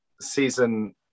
season